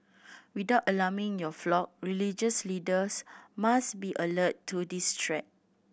without alarming your flock religious leaders must be alert to this threat